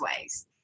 ways